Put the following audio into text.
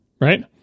Right